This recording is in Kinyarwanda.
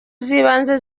z’ibanze